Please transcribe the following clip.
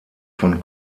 von